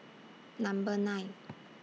Number nine